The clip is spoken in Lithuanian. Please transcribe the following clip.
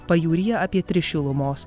pajūryje apie tris šilumos